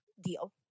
deal